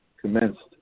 commenced